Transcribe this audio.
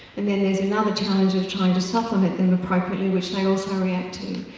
and then there's another challenge of trying to supplement them appropriately which they also react to.